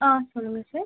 ஆ சொல்லுங்கள் சார்